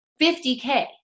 50k